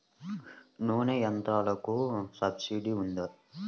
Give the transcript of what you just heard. నూనె యంత్రాలకు సబ్సిడీ ఉందా?